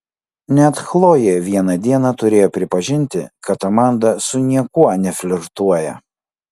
net chlojė vieną dieną turėjo pripažinti kad amanda su niekuo neflirtuoja